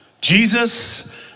Jesus